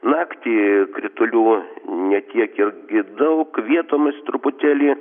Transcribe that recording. naktį kritulių ne tiek irgi daug vietomis truputėlį